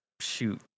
shoot